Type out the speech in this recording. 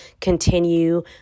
continue